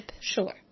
sure